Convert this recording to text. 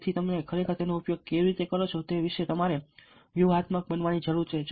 તેથી તમે ખરેખર તેનો ઉપયોગ કેવી રીતે કરો છો તે વિશે તમારે વ્યૂહાત્મક બનવાની જરૂર છે